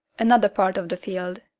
another part of the field.